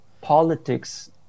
politics